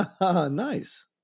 Nice